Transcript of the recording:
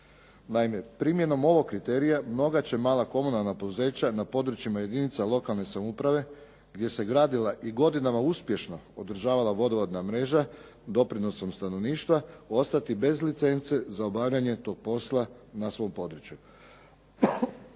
Naime, primjenom ovog kriterija mnoga će mala komunalan poduzeća na područjima jedinica lokalne samouprave gdje se gradila i godinama uspješno održavala vodovodna mreža doprinosom stanovništva, ostati bez licence za obavljanje toga posla na svom području.